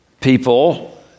People